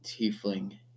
tiefling